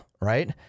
right